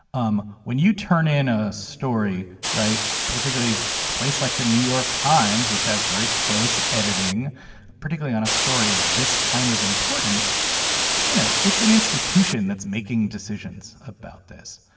um when you turn in a story right particularly a place like the new york times which has very close editing particularly on a story of this kind of importance you know it's an institution that's making decisions about this.